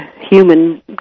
human